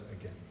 again